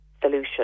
solution